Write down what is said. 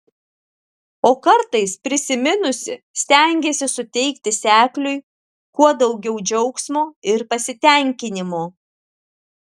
o kartais prisiminusi stengiasi suteikti sekliui kuo daugiau džiaugsmo ir pasitenkinimo